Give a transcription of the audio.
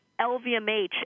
LVMH